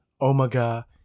Omega